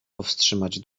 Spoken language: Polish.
powstrzymać